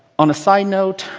on a side note,